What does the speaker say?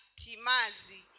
timazi